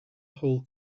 whole